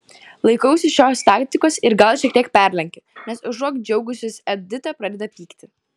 laikausi šios taktikos ir gal šiek tiek perlenkiu nes užuot džiaugusis edita pradeda pykti